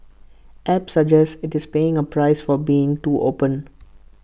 app suggests IT is paying A price for being too open